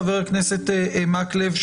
חבר הכנסת מקלב,